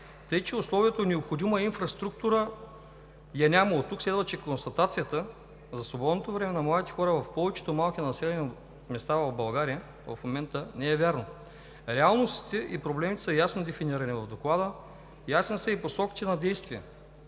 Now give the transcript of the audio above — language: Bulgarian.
тъй че условието необходима инфраструктура я няма. Оттук следва, че констатацията за свободното време на младите хора в повечето малки населени места в България в момента не е вярно. Реалностите и проблемите са ясно дефинирани в Доклада. Ясни са и посоките на действия